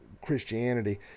christianity